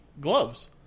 gloves